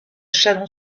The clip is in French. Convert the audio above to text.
chalon